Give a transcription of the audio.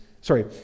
sorry